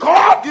God